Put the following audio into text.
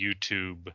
YouTube